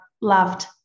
loved